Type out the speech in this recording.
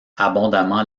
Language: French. abondamment